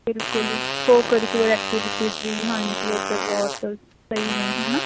ਬਿਲਕੁਲ ਉਹ curricular activities ਵੀ ਹਾਂਜੀ ਓਧਰ ਬਹੁਤ ਸਹੀ ਨੇ ਹੈ ਨਾ